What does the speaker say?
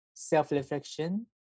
self-reflection